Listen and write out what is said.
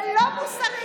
זה לא מוסרי.